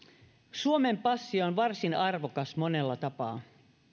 suomen passi on varsin arvokas monella tapaa